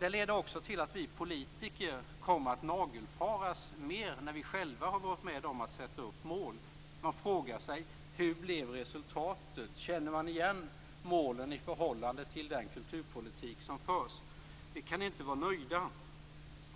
Det leder också till att vi politiker kommer att nagelfaras mer, om vi själva har varit med om att sätta upp mål. Man frågar sig: Hur blev resultatet? Känner man igen målen i förhållande till den kulturpolitik som förs? Vi kan inte vara nöjda.